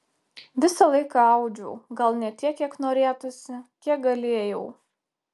visą laiką audžiau gal ne tiek kiek norėtųsi kiek galėjau